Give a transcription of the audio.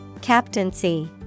Captaincy